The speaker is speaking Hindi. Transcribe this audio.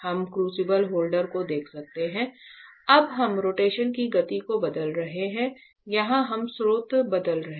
हम क्रूसिबल होल्डर को देख सकते हैं अब हम रोटेशन की गति को बदल रहे हैं यहां हम स्रोत बदल रहे हैं